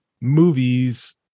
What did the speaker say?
movies